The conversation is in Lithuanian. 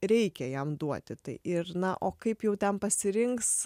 reikia jam duoti tai ir na o kaip jau ten pasirinks